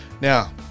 Now